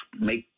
Make